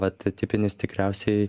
vat tipinis tikriausiai